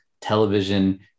television